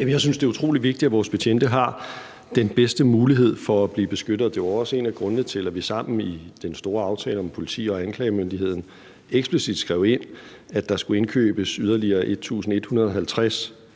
Jeg synes, det er utrolig vigtigt, at vores betjente har den bedste mulighed for at blive beskyttet. Og det er jo også en af grundene til, at vi sammen i den store aftale om politiet og anklagemyndigheden eksplicit skrev ind, at der skulle indkøbes yderligere